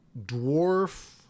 dwarf